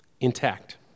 intact